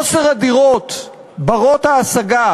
החוסר בדירות בנות-השגה,